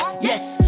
Yes